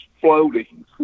Floating